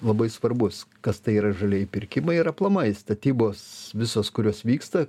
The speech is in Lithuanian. labai svarbus kas tai yra žalieji pirkimai ir aplamai statybos visos kurios vyksta